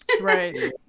Right